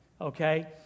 Okay